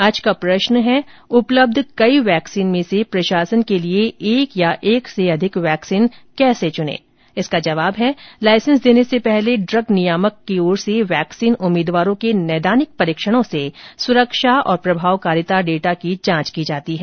आज का प्रश्न है उपलब्ध कई वैक्सीन में र्से प्रशासन के लिए एक या एक से अधिक वैक्सीन कैसे चुने इसका जवाब है लाइसेंस देने से पहले ड्रग नियामक द्वारा वैक्सीन उम्मीदवारों के नैदानिक परीक्षणों से सुरक्षा और प्रभावकारिता डेटा की जांच की जाती है